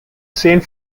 saint